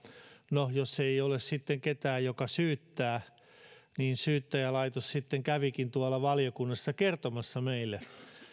no jos ei ole sitten ketään joka syyttää syyttäjälaitos sitten kävikin tuolla valiokunnassa kertomassa meille